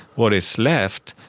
what is left,